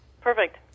Perfect